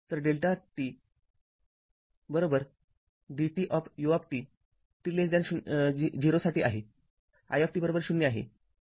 तर Δ t d t of ut t 0 साठी it ० आहे